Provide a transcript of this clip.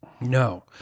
No